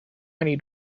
need